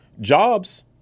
jobs